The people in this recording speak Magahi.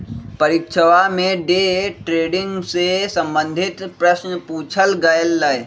परीक्षवा में डे ट्रेडिंग से संबंधित प्रश्न पूछल गय लय